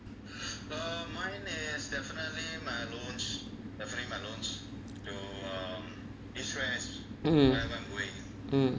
mm mm